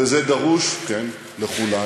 וזה דרוש לכולנו,